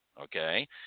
Okay